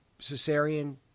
Cesarean